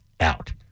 out